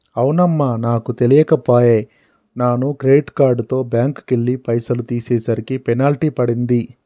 అవునమ్మా నాకు తెలియక పోయే నాను క్రెడిట్ కార్డుతో బ్యాంకుకెళ్లి పైసలు తీసేసరికి పెనాల్టీ పడింది